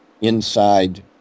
inside